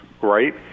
right